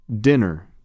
Dinner